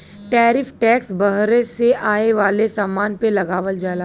tariff tax बहरे से आये वाले समान पे लगावल जाला